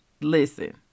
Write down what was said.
listen